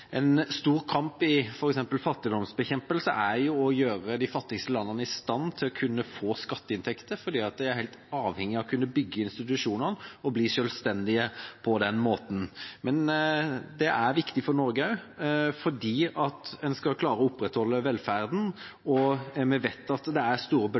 En stor kamp i f.eks. fattigdomsbekjempelse er å gjøre de fattigste landene i stand til å kunne få skatteinntekter, fordi de er helt avhengig av å kunne bygge institusjonene og bli selvstendige på den måten. Men det er viktig også for Norge, fordi en skal klare å opprettholde velferden, og vi vet at det allerede i dag er store